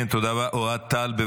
מערוץ 13. אני הכרתי רק אחרי, לא ידעתי.